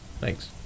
Thanks